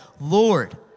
Lord